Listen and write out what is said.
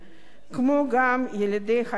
כמו גם ילידי ישראל,